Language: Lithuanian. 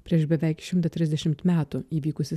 prieš beveik šimtą trisdešimt metų įvykusį